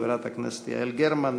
חברת הכנסת יעל גרמן,